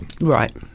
Right